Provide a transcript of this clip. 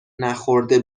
نخورده